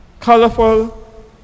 Colorful